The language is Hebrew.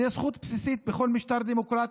זו זכות בסיסית בכל משטר דמוקרטי.